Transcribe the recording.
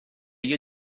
you